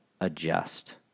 adjust